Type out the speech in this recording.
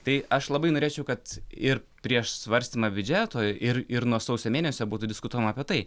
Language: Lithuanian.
tai aš labai norėčiau kad ir prieš svarstymą biudžeto ir ir nuo sausio mėnesio būtų diskutuojama apie tai